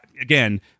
again